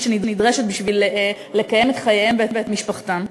שנדרשת בשביל לקיים את חייהם ואת משפחתם.